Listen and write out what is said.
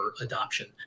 adoption